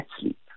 sleep